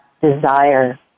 desire